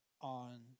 on